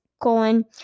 colon